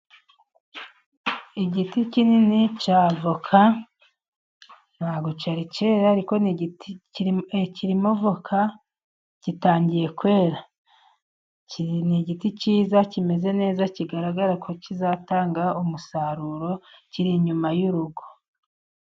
Igiti kinini cy'avoka ntabwo cyari kera, ariko kirimo avoka gitangiye kwera, ni igiti cyiza kimeze neza, kigaragara ko kizatanga umusaruro, kiri inyuma y'urugo.